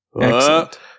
Excellent